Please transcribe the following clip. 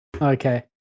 Okay